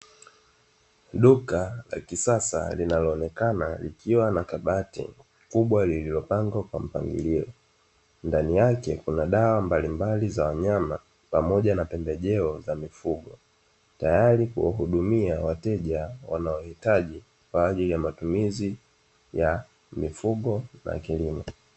Duka la kisasa linalo onekana likiwa na kabati kubwa lililo pangwa kwa mpangilio, ndani yake kuna dawa mbalimbali za wanyama pamoja na pembejeo za mifugo tayari kuhudumia wateja wanaohitaji kwa ajili ya matumizi ya mifugo na kilimo.